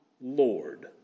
Lord